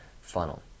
funnel